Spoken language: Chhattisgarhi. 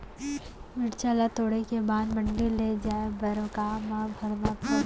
मिरचा ला तोड़े के बाद मंडी ले जाए बर का मा भरना ठीक होही?